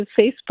Facebook